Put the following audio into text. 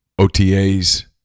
OTAs